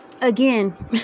again